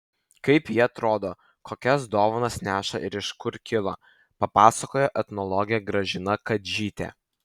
kaip ji atrodo kokias dovanas neša ir iš kur kilo papasakojo etnologė gražina kadžytė